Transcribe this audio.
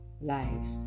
lives